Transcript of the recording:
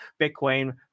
Bitcoin